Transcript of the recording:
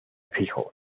fijo